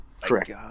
correct